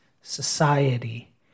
society